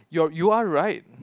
you're you're right